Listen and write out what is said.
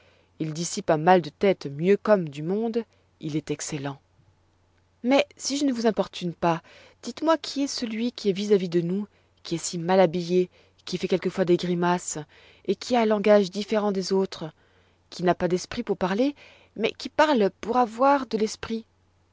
il dissipe un mal de tête mieux qu'homme du monde c'est un homme excellent mais si je ne vous importune pas dites-moi qui est celui qui est vis-à-vis de nous qui est si mal habillé qui fait quelquefois des grimaces et a un langage différent des autres qui n'a pas d'esprit pour parler mais qui parle pour avoir de l'esprit